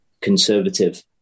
conservative